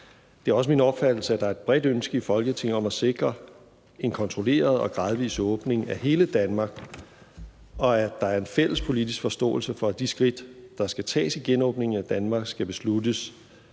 Det er også min opfattelse, at der er et bredt ønske i Folketinget om at sikre en kontrolleret og gradvis åbning af hele Danmark, og at der er en fælles politisk forståelse for, at de skridt, der skal tages i genåbningen af Danmark, skal besluttes